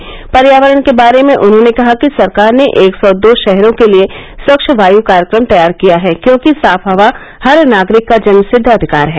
उन्होंने पर्यावरण के बारे में उन्होंने कहा कि सरकार ने एक सौ दो शहरों के लिए स्वच्छ वायु कार्यक्रम तैयार किया है क्योंकि साफ हवा हर नागरिक का जन्मसिद्द अधिकार है